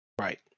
Right